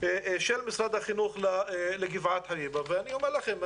של משרד החינוך לגבעת חביבה ואני נדהם.